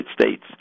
States